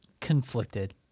Conflicted